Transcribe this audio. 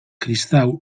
kristau